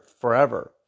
forever